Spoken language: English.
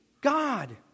god